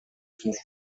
сунуш